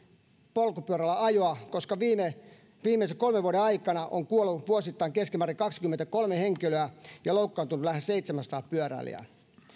polkupyörällä ajoa koska viimeisen kolmen vuoden aikana on kuollut vuosittain keskimäärin kaksikymmentäkolme ja loukkaantunut lähes seitsemänsataa pyöräilijää